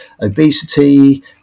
obesity